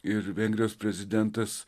ir vengrijos prezidentas